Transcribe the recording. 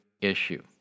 issue